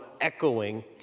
echoing